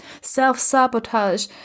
self-sabotage